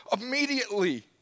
immediately